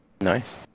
Nice